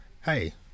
hey